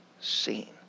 seen